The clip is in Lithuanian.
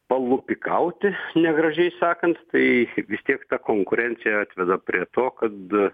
palupikauti negražiai sakant tai vis tiek ta konkurencija atveda prie to kad